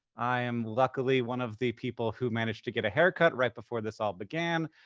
i am luckily one of the people who managed to get a haircut right before this all began,